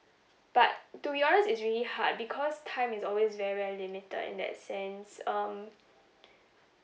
but to be honest it's really hard because time is always very very limited in that sense um